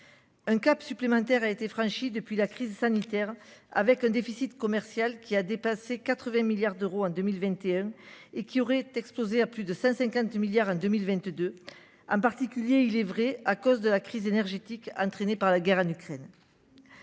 Un cap supplémentaire a été franchi depuis la crise sanitaire, avec un déficit commercial qui a dépassé 80 milliards d'euros en 2021 et qui aurait explosé à plus de 50 milliards en 2022. En particulier, il est vrai à cause de la crise énergétique, entraîné par la guerre en Ukraine.